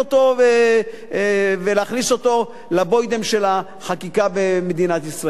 ולהכניס אותו לבוידם של החקיקה במדינת ישראל.